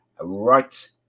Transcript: right